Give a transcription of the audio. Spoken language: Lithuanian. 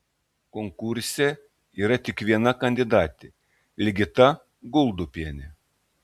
konkurse yra tik viena kandidatė ligita guldupienė